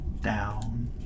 down